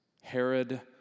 Herod